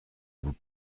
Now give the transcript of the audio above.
vous